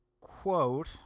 quote